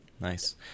Nice